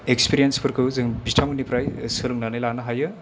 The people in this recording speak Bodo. एक्सपिरियेन्सफोरखौ जों बिथांमोननिफ्राय सोलोंनानै लानो हायो